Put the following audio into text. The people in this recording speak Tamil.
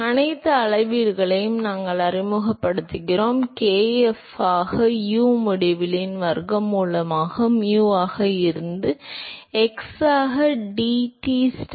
எனவே அனைத்து அளவீடுகளையும் நாங்கள் அறிமுகப்படுத்துகிறோம் அது kf ஆக u முடிவிலியின் வர்க்கமூலமாக mu ஆக இருந்து x ஆக dTstar ஆக eta க்கு சமமாக 0 மற்றும்